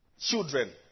Children